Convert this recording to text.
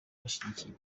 gushigikira